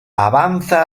avanza